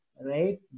right